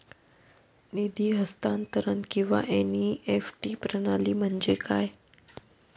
निधी हस्तांतरण किंवा एन.ई.एफ.टी प्रणाली म्हणजे काय?